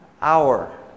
Hour